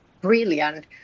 Brilliant